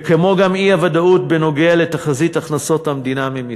כמו גם אי-הוודאות בנוגע לתחזית הכנסות המדינה ממסים.